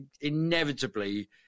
inevitably